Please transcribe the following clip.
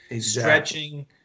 stretching